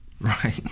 Right